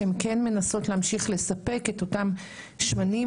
שהן כן מנסות להמשיך לספק את אותם שמנים